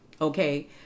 Okay